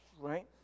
right